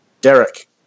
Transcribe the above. Derek